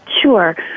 Sure